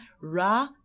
ra